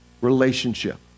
relationship